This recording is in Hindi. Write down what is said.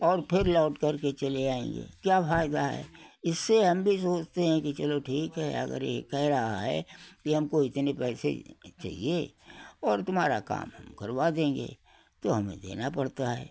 और फिर लौटकर के चले आएँगे क्या फायदा है इससे हम भी सोचते हैं कि चलो ठीक है अगर ये कहे रहा है कि हमको इतने पैसे चहिए और तुम्हारा काम हम करवा देंगे तो हमें देना पड़ता है